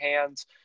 hands